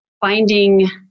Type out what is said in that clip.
finding